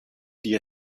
die